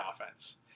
offense